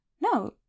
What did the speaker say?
No